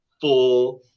four